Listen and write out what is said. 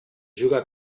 juga